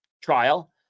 trial